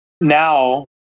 now